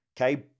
okay